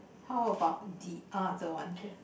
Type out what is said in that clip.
how about the other one there